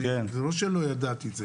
זה לא שלא ידעתי את זה,